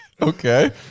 Okay